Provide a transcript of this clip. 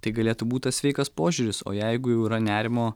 tai galėtų būt tas sveikas požiūris o jeigu jau yra nerimo